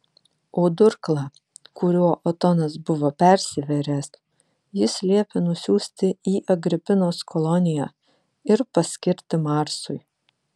o durklą kuriuo otonas buvo persivėręs jis liepė nusiųsti į agripinos koloniją ir paskirti marsui